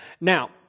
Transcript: Now